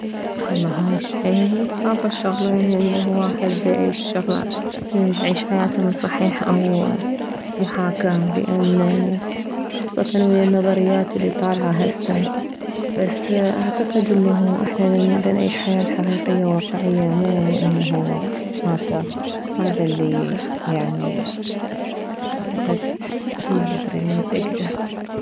والله هاي حيل صعبة الشغلة يعني انه واحد يعيش شغلة يعيش حياته من صحيح او محاكاة لان خاصة ويه النظريات الي طالعة هسه بس اعتقد انه احنا دنعيش حياة حقيقية واقعية مو انه محاكاة هذا الي يعني اعتقد ما ادري ممتاكدة